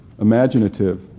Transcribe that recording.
imaginative